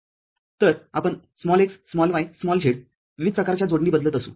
तरआपण x y z विविध प्रकारच्या जोडणी बदलत असू